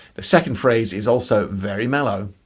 the second phrase is also very mellow.